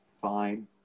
Fine